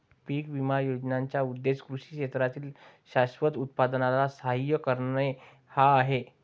पीक विमा योजनेचा उद्देश कृषी क्षेत्रातील शाश्वत उत्पादनाला सहाय्य करणे हा आहे